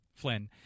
Flynn